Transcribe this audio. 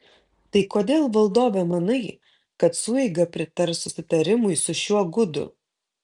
tai kodėl valdove manai kad sueiga pritars susitarimui su šiuo gudu